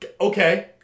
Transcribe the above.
okay